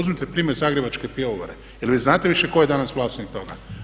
Uzmite primjer Zagrebačke pivovare, jel' vi znate više tko je danas vlasnik toga?